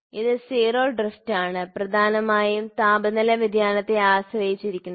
ഇത് 0 ഡ്രിഫ്റ്റാണ് പ്രധാനമായും താപനില വ്യതിയാനത്തെ ആശ്രയിച്ചിരിക്കുന്നത്